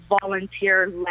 volunteer